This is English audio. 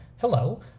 Hello